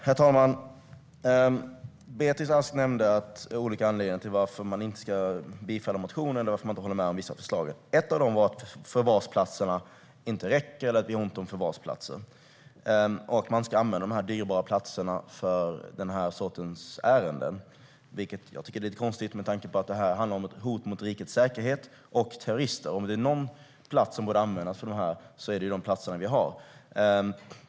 Herr talman! Beatrice Ask nämnde olika anledningar till att man inte ska bifalla motionen eller inte håller med om vissa av förslagen. En av anledningarna var att förvarsplatserna inte räcker till - att det är ont om förvarsplatser och att vi inte ska använda dessa dyrbara platser för den här sortens ärenden. Det tycker jag är lite konstigt med tanke på att det handlar om ett hot mot rikets säkerhet och om terrorister. Är det någon plats som borde användas för detta är det de platser vi har.